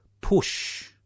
push